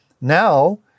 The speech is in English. Now